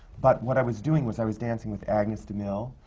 but what i was doing was i was dancing with agnes de mille,